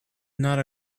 not